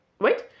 Wait